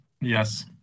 Yes